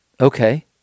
Okay